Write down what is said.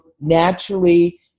naturally